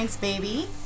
Baby